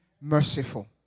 merciful